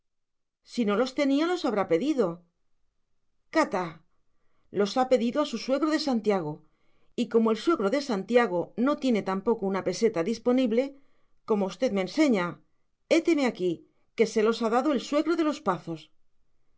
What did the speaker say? si no los tenía los habrá pedido catá los ha pedido a su suegro de santiago y como el suegro de santiago no tiene tampoco una peseta disponible como usted me enseña héteme aquí que se los ha dado el suegro de los pazos